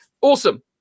Awesome